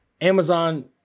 Amazon